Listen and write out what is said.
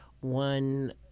one